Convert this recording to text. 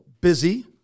busy